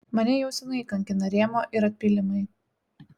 mane jau seniai kankina rėmuo ir atpylimai